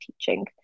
teaching